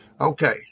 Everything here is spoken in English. Okay